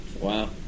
Wow